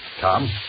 Tom